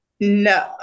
No